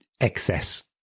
excess